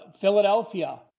Philadelphia